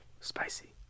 spicy